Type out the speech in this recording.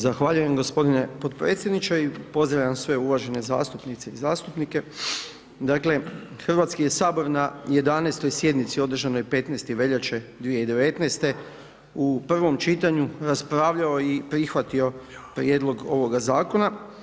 Zahvaljujem gospodine podpredsjedniče i pozdravljam sve uvažene zastupnice i zastupnike, dakle Hrvatski je sabor na 11. sjednici održanoj 15. veljače 2019. u prvom čitanju raspravljao i prihvatio prijedlog ovoga zakona.